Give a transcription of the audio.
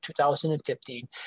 2015